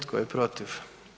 Tko je protiv?